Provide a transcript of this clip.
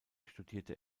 studierte